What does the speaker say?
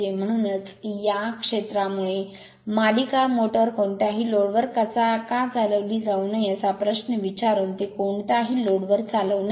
म्हणूनच या क्षेत्रामुळे मालिका मोटर कोणत्याही लोड वर का चालविली जाऊ नये असा प्रश्न विचारून ते कोणत्याही लोड वर चालवू नये